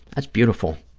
that's beautiful.